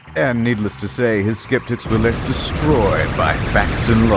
and needless to say, his skeptics were left destroyed by facts